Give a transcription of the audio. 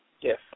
Yes